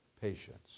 patience